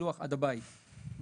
שילוח עד הבית בתשלום.